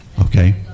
Okay